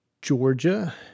Georgia